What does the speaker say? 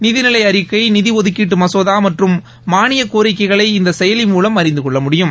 நிதி நிலை அறிக்கை நிதி ஒதுக்க மசோதா மற்றும் மானியக் கோரிக்கைகளை இந்த செயலி மூலம் அறிந்துகொள்ள முடியும்